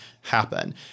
happen